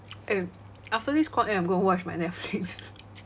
eh after this call end I'm gonna watch my netflix